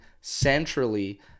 centrally